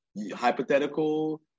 Hypothetical